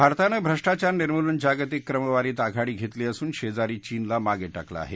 भारतानं भ्रष्टाचार निर्मूलन जागतिक क्रमवारीत आघाडी घेतली असून शेजारी चीनला मागे टाकलं आहे